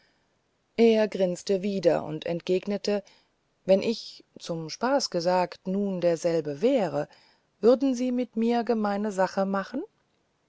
er grinsete wieder und entgegnete wenn ich zum spaß gesagt nun das letzte wäre würden sie mit mir gemeine sache machen